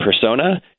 persona